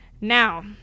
Now